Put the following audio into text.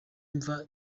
mva